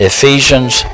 Ephesians